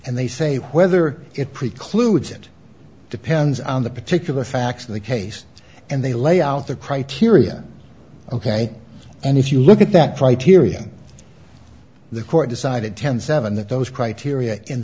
and they say whether it precludes it depends on the particular facts of the case and they lay out the criteria ok and if you look at that criteria the court decided ten seven that those criteria in